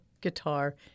guitar